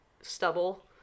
stubble